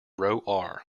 row